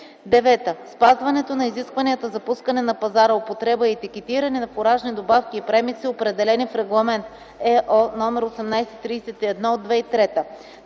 9. спазването на изискванията за пускане на пазара, употреба и етикетиране на фуражни добавки и премикси, определени в Регламент (ЕО) № 1831/2003;